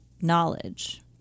knowledge